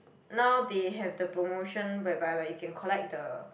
now they have the promotion whereby like you can collect the